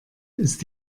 ist